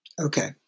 Okay